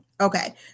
Okay